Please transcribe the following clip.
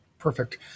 Perfect